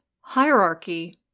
hierarchy